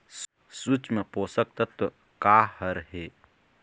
सूक्ष्म पोषक तत्व का हर हे?